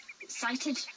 Excited